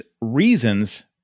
reasons